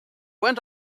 went